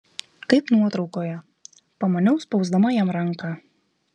kaip nuotraukoje pamaniau spausdama jam ranką